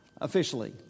officially